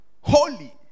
Holy